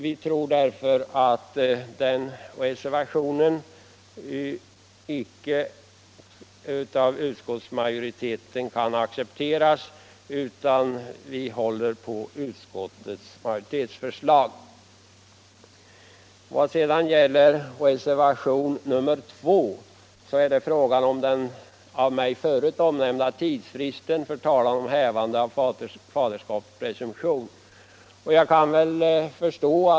Vi menar därför att reservationen icke kan accepteras och ställer oss bakom utskottets majoritetsförslag. Reservationen 2 gäller de av mig tidigare omnämnda tidsfristerna för talan om hävande av faderskapspresumtion.